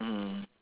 mm